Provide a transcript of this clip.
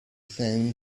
same